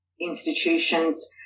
institutions